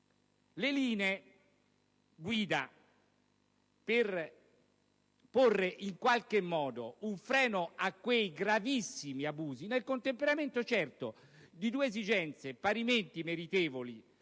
Le linee guida per porre in qualche modo un freno a quei gravissimi abusi, certo nel contemperamento di due esigenze parimenti meritevoli